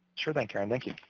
sure thing, karen. thank you.